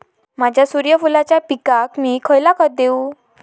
माझ्या सूर्यफुलाच्या पिकाक मी खयला खत देवू?